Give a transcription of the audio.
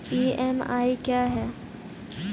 EMI क्या है?